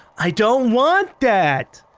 i don't want that.